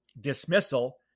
dismissal